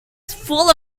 full